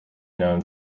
known